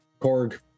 Korg